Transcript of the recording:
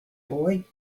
boy